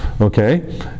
okay